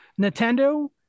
Nintendo